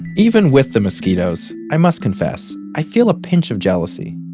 even with the mosquitos, i must confess, i feel a pinch of jealousy.